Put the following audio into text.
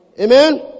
Amen